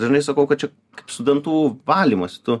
dažnai sakau kad čia kaip su dantų valymusi tu